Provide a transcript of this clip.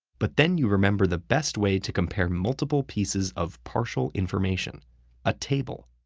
but then you remember the best way to compare multiple pieces of partial information a table.